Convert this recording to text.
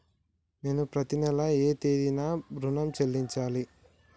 నేను పత్తి నెల ఏ తేదీనా ఋణం చెల్లించాలి?